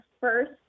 first